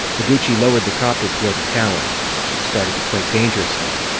noguchi lowered the copter toward the tower. which had started to quake dangerously.